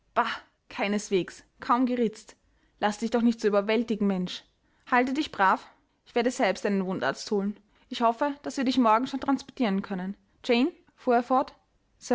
keineswegs kaum geritzt laß dich doch nicht so überwältigen mensch halte dich brav ich werde selbst einen wundarzt holen ich hoffe daß wir dich morgen schon transportieren können jane fuhr er fort